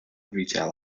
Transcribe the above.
retail